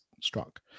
struck